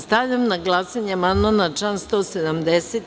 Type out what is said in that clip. Stavljam na glasanje amandman na član 170.